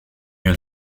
elle